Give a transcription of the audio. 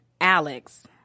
Alex